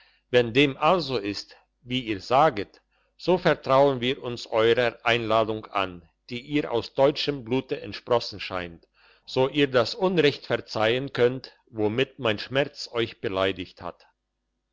wenn dem also ist wie ihr saget so vertrauen wir uns eurer einladung an die ihr aus deutschem blute entsprossen scheint so ihr das unrecht verzeihen könnt womit mein schmerz euch beleidigt hat